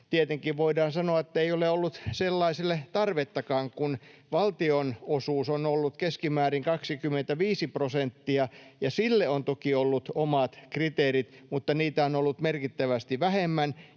Tietenkin voidaan sanoa, että ei ole ollut sellaiselle tarvettakaan, kun valtion osuus on ollut keskimäärin 25 prosenttia. Sille on toki ollut omat kriteerit, mutta niitä on ollut merkittävästi vähemmän,